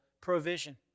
provision